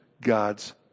God's